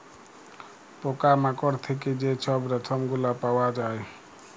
পকা মাকড় থ্যাইকে যে ছব রেশম গুলা পাউয়া যায়